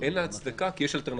אין לה הצדקה כי יש אלטרנטיבה.